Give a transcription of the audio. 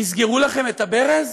יסגרו לכם את הברז?